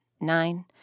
nine